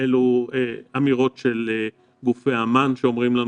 אלו אמירות של גופי אמ"ן שאומרים לנו